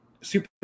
Super